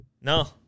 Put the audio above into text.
No